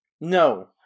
no